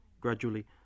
Gradually